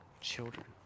children